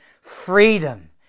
freedom